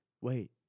Wait